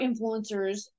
influencers